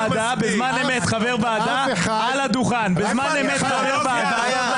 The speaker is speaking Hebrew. --- חבר הכנסת רון כץ,